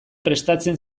prestatzen